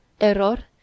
error